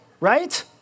right